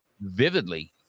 vividly